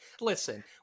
listen